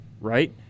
right